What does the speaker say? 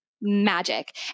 magic